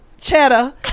Cheddar